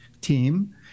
team